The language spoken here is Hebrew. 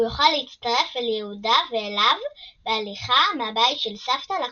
הוא יוכל להצטרף אל יהודה ואליו בהליכה מהבית של סבתא לכותל.